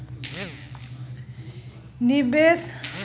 निबेश बजार मे निबेश सेबाक दाम तय कएल जाइ छै